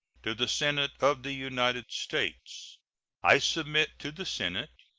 to the senate of the united states i submit to the senate,